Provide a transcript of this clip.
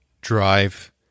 drive